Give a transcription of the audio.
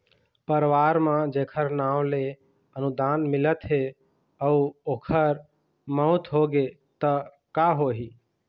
परवार म जेखर नांव ले अनुदान मिलत हे अउ ओखर मउत होगे त का होही?